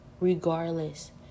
regardless